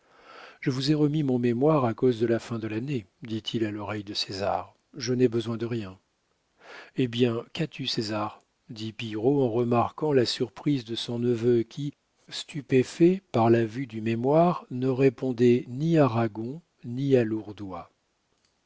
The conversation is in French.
je vous ai remis mon mémoire à cause de la fin de l'année dit-il à l'oreille de césar je n'ai besoin de rien eh bien qu'as-tu césar dit pillerault en remarquant la surprise de son neveu qui stupéfait par la vue du mémoire ne répondait ni à ragon ni à